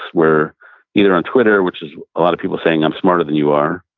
we're either on twitter, which is a lot of people saying, i'm smarter than you are,